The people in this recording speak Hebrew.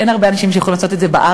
אין הרבה אנשים בארץ שיכולים לעשות את זה.